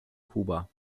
kuba